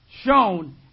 shown